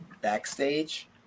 Backstage